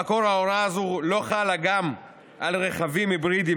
במקור ההוראה הזו לא חלה גם על רכבים היברידיים,